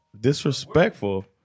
disrespectful